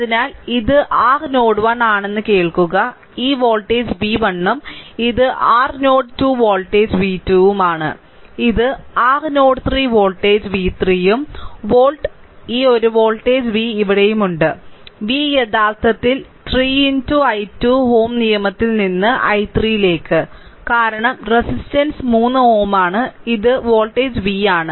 അതിനാൽ ഇത് r node 1 ആണെന്ന് കേൾക്കുക ഈ വോൾട്ടേജ് v1 ഉം ഇത് r നോഡ് 2 വോൾട്ടേജ് v2 ഉം ആണ് ഇത് r നോഡ് 3 വോൾട്ടേജ് v3 ഉം വോൾട്ട് ഈ ഒരു വോൾട്ടേജ് v ഇവിടെയുണ്ട് v യഥാർത്ഥത്തിൽ 3 ഇൻ ടു i3 Ω നിയമത്തിൽ നിന്ന് i3 ലേക്ക് കാരണം റെസിസ്റ്റൻസ് 3 Ω ആണ് ഈ വോൾട്ടേജ് v ആണ്